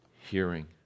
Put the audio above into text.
hearing